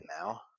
now